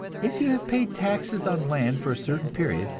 if you have paid taxes on land for a certain period,